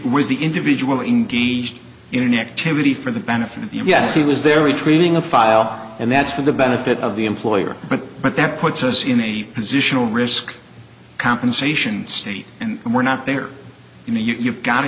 was the individual engaged in an activity for the benefit of yes he was there retrieving a file and that's for the benefit of the employer but but that puts us in a positional risk compensation state and we're not there you know you've got to